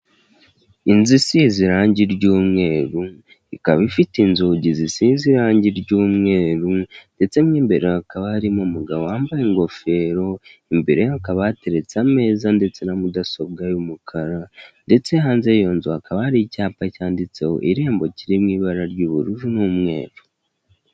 Inzu isize irangi ry'umweru, ikaba ifite inzugi zisize irangi ry'umweru ndetse mo imbere hakaba harimo umugabo wambaye ingofero, imbere ye hakaba hateretse ameza ndetse na mudasobwa y'umukara ndetse hanze y'iyo nzu hakaba hari icyapa cyanditseho Irembo kiri mu ibara ry'ubururu n'umweru.